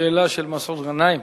שאלה שלוש, מסעוד גנאים.